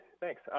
thanks